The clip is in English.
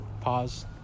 Pause